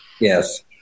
Yes